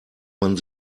man